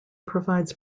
provides